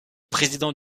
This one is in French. président